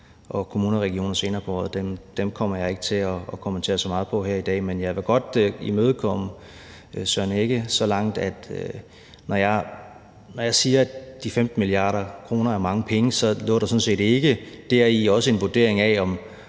og kommuner og regioner senere på året, kommer jeg ikke til at kommentere så meget på her i dag, men jeg vil godt imødekomme Søren Egge Rasmussen så langt som til at sige, at når jeg siger, at de 15 mia. kr. er mange penge, ligger der sådan set ikke også deri en vurdering af, om